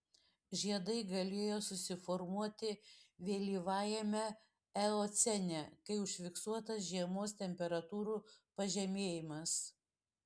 žiedai galėjo susiformuoti vėlyvajame eocene kai užfiksuotas žiemos temperatūrų pažemėjimas